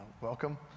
welcome